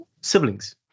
siblings